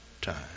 time